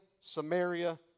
Samaria